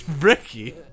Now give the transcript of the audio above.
Ricky